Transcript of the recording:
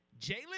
Jalen